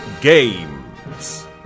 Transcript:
Games